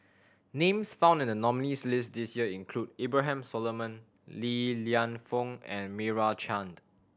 names found in the nominees' list this year include Abraham Solomon Li Lienfung and Meira Chand